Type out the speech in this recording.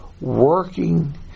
working